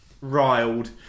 riled